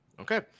Okay